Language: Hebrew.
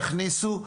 תכניסו,